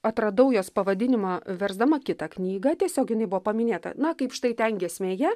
atradau jos pavadinimą versdama kitą knygą tiesiog jinai buvo paminėta na kaip štai ten giesmėje